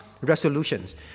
resolutions